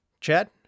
Chad